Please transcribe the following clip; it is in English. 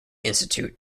institute